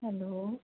hello